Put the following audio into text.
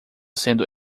sendo